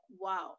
wow